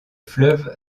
fleuve